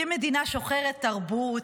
מדינה שוחרת תרבות.